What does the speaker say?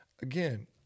again